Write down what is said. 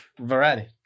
variety